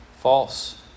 False